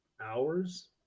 hours